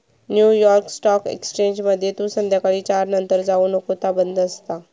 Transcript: new York stock एक्सचेंजमध्ये तू संध्याकाळी चार नंतर जाऊ नको ता बंद असता